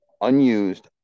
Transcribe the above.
Unused